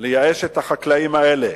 לייאש את החקלאים האלה,